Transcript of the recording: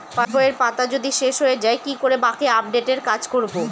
পাসবইয়ের পাতা যদি শেষ হয়ে য়ায় কি করে বাকী আপডেটের কাজ করব?